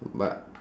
but